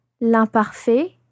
l'imparfait